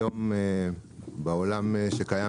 היום בעולם,